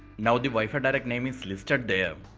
now the wifi direct name is listed there.